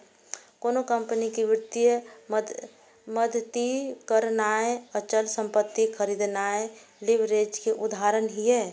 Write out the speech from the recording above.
कोनो कंपनी कें वित्तीय मदति करनाय, अचल संपत्ति खरीदनाय लीवरेज के उदाहरण छियै